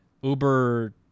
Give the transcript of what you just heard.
Uber